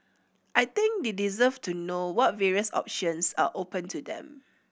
I think they deserve to know what various options are open to them